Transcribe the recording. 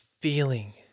feeling